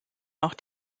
auch